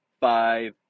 five